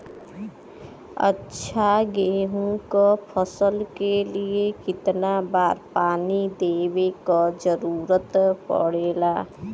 अच्छा गेहूँ क फसल के लिए कितना बार पानी देवे क जरूरत पड़ेला?